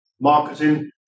marketing